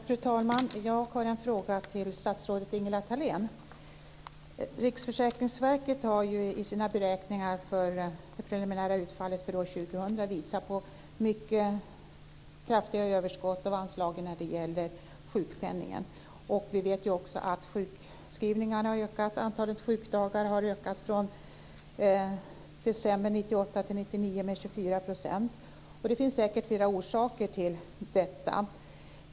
Fru talman! Jag har en fråga till statsrådet Ingela Thalén. Riksförsäkringsverket har i sina beräkningar för det preliminära utfallet för år 2000 visat på mycket kraftiga överskridanden av anslagen när det gäller sjukpenningen. Vi vet ju också att sjukskrivningarna har ökat, och antalet sjukdagar har ökat från december 1998 till december 1999 med 24 %. Det finns säkert flera orsaker till detta.